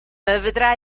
vedrà